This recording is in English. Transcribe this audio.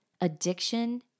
addiction